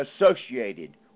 associated